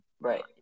Right